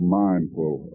mindful